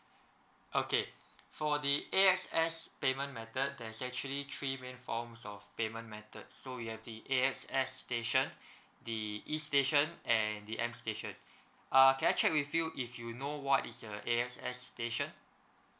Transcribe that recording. okay for the A_X_S payment method there is actually three main forms of payment method so you A_X_S station the e station and the m station uh can I check with you if you know what is the A_X_S station